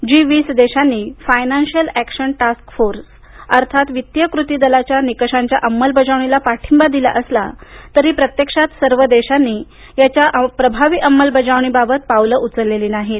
जी वीस देशांनी financial action task force अर्थात वित्तीय कृती दलाच्या निकषांच्या अंमलबजावणीला पाठिंबा दिला असला तरी प्रत्यक्षात सर्व देशांनी याच्या प्रभावी अंमलबजावणीबाबत पावलं उचललेली नाहीत